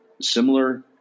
similar